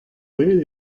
bet